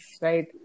right